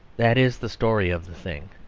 that is the story of the thing.